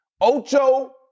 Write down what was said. Ocho